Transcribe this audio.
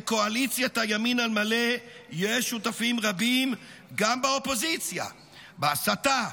לקואליציית הימין על מלא יש שותפים רבים גם באופוזיציה בהסתה,